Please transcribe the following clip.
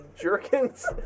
jerkins